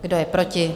Kdo je proti?